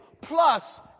plus